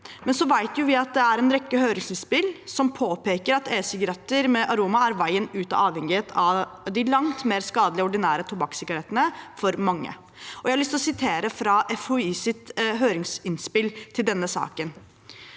men så vet vi jo at det er en rekke høringsinnspill som påpeker at e-sigaretter med aroma for mange er veien ut av avhengighet av de langt mer skadelige ordinære tobakkssigarettene. Jeg har lyst til å sitere fra FHIs høringsinnspill til denne saken: